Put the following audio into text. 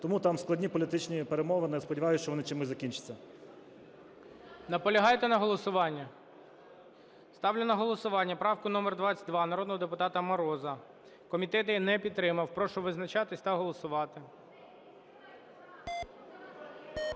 тому там складні політичні перемовини. Я сподіваюся, що вони чимось закінчаться. ГОЛОВУЮЧИЙ. Наполягаєте на голосуванні? Ставлю на голосування правку номер 22 народного депутата Мороза. Комітет її не підтримав. Прошу визначатись та голосувати.